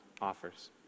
offers